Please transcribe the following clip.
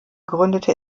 gründete